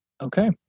Okay